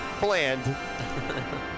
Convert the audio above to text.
bland